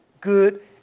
good